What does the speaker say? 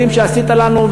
יודעים שעשית לנו,